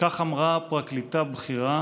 כך אמרה פרקליטה בכירה